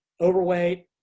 overweight